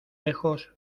lejos